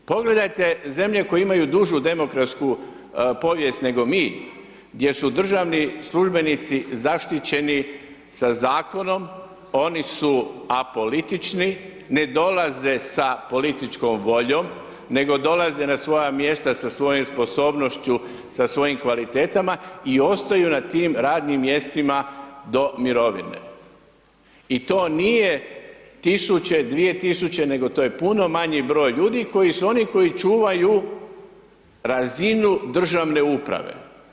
Pogledajte zemlje koje imaju dužu demokratsku povijest nego mi, gdje su državni službenici zaštićeni sa Zakonom, oni su apolitični, ne dolazi sa političkom voljom, nego dolaze na svoja mjesta sa svojom sposobnošću, sa svojim kvalitetama i ostaju na tim radnim mjestima do mirovine i to nije tisuće, dvije tisuće, nego to je puno manji broj ljudi koji su oni koji čuvaju razinu državne uprave.